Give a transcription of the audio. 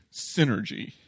synergy